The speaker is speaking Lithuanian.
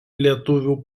lietuvių